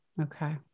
Okay